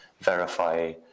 verify